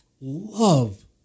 love